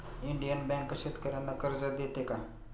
Indian bank शेतकर्यांना कर्ज देते का?